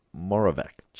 Moravec